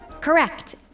Correct